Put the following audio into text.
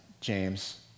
James